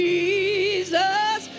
Jesus